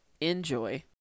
enjoy